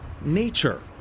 nature